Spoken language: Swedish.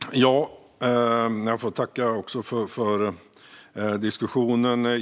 Fru talman! Jag får tacka för diskussionen.